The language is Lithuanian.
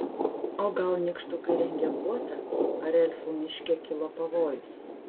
o gal nykštukai rengia puotą ar elfų miške kilo pavojus